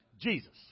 Jesus